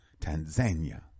Tanzania